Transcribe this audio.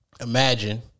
Imagine